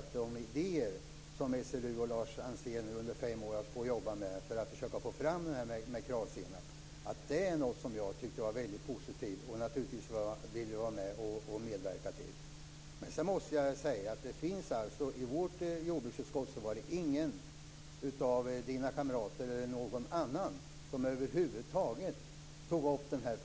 att de idéer som SLU och Lars Ansén jobbat med i fem år för att få fram Kravsenap är positivt. Naturligtvis vill jag vara med och medverka till något sådant. I jordbruksutskottet var det ingen av Roy Hanssons kamrater, eller någon annan, som över huvud taget tog upp frågan.